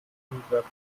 handwerk